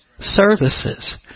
services